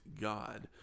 God